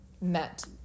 met